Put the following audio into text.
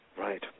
right